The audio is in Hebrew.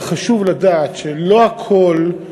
אבל חשוב לדעת שלא הכול,